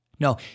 No